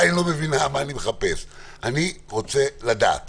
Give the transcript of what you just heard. אני מסכימה עם ההצגה של חברת הכנסת